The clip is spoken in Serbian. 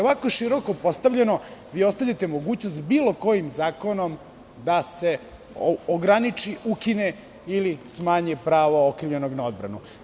Ovako široko postavljeno, ostavljate mogućnost da se bilo kojim zakonom ograniči, ukine ili smanji pravo okrivljenog na odbranu.